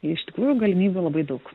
iš tikrųjų galimybių labai daug